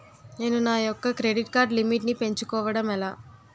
నేను నా యెక్క క్రెడిట్ కార్డ్ లిమిట్ నీ పెంచుకోవడం ఎలా?